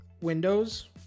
Windows